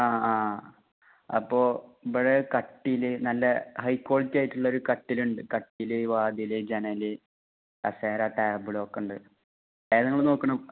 ആ ആ അപ്പോൾ ഇവിടെ കട്ടിൽ നല്ല ഹൈ ക്വാളിറ്റി ആയിട്ടുള്ളൊരു കട്ടിൽ ഉണ്ട് കട്ടിൽ വാതിൽ ജനൽ കസേര ടാബ്ള് ഒക്കെ ഉണ്ട് ഏതാ നിങ്ങൾ നോക്കുന്നത്